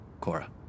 Cora